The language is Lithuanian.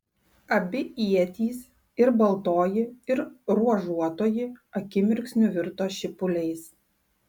abi ietys ir baltoji ir ruožuotoji akimirksniu virto šipuliais